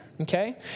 Okay